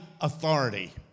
authority